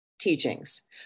teachings